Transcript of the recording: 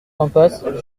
impasse